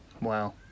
Wow